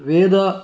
वेद